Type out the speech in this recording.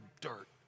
dirt